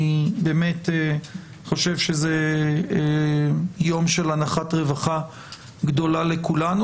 באמת חושב שזה יום של אנחת רווחה גדולה לכולנו.